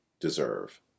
deserve